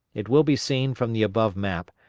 it will be seen from the above map,